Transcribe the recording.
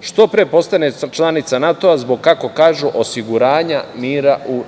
što pre postane članica NATO-a zbog, kako kažu, osiguranja mira u